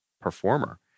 performer